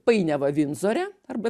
painiavą vindzore arba